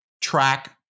track